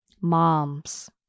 Moms